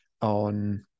on